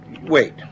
wait